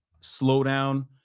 slowdown